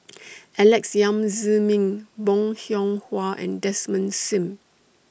Alex Yam Ziming Bong Hiong Hwa and Desmond SIM